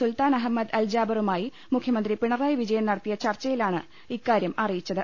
സുൽത്താൻ Ahmed Al ജാബറുമായി മുഖ്യമന്ത്രി പിണറായി വിജയൻ നടത്തിയ ചർച്ചയിലാണ് ഇക്കാര്യം അറിയിച്ചത്